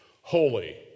Holy